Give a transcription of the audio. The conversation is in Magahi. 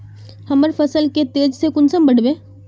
हम फसल के तेज से कुंसम बढ़बे?